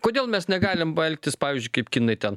kodėl mes negalim va elgtis pavyzdžiui kaip kinai ten